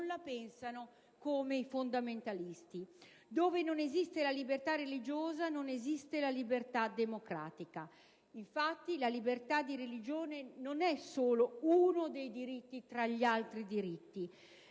la pensano come i fondamentalisti. Dove non esiste la libertà religiosa non esiste la libertà democratica. Infatti, la libertà di religione non è solo uno dei diritti tra gli altri: è, in